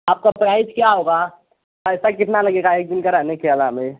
आपका प्राईस क्या होगा पैसा कितना लगेगा एक दिन का रहने के अलाबे